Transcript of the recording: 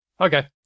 Okay